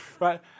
Right